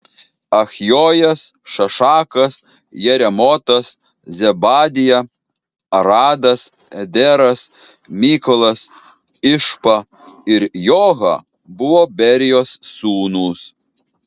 achjojas šašakas jeremotas zebadija aradas ederas mykolas išpa ir joha buvo berijos sūnūs